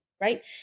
right